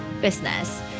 business